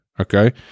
okay